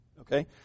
Okay